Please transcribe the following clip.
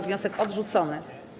Wniosek odrzucony.